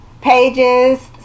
pages